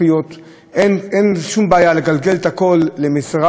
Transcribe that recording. אין שום בעיה לגלגל את הכול למשרד לאיכות הסביבה,